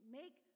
make